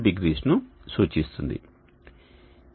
20 ను సూచిస్తుంది